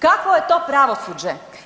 Kakvo je to pravosuđe?